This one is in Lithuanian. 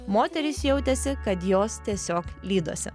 moterys jautėsi kad jos tiesiog lydosi